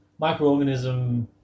microorganism